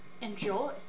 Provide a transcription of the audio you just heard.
enjoy